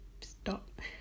stop